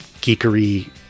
geekery